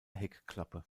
heckklappe